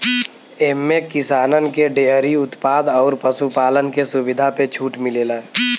एम्मे किसानन के डेअरी उत्पाद अउर पशु पालन के सुविधा पे छूट मिलेला